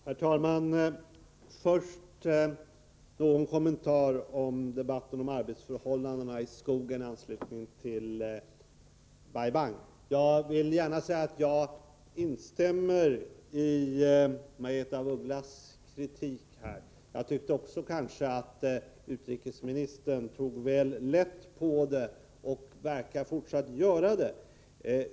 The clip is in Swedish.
Herr talman! Först någon kommentar till debatten om arbetsförhållandena i skogen i anslutning till Bai Bang. Jag vill gärna säga att jag instämmer i Margaretha af Ugglas kritik. Jag tyckte att utrikesministern tog väl lätt på det hela och verkar fortsätta att göra det.